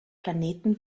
planeten